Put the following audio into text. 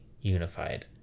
unified